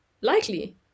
likely